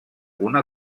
una